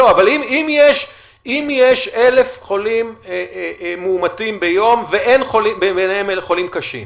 אבל אם יש 1,000 חולים מאומתים ביום וביניהם אין חולים קשים,